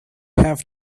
have